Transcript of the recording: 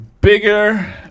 Bigger